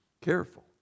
Careful